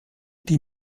die